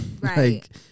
Right